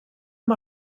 amb